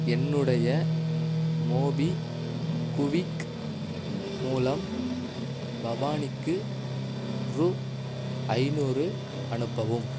என்னுடைய MobiKwik மூலம் பவானிக்கு ரூ ஐந்நூறு அனுப்பவும்